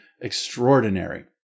extraordinary